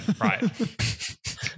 right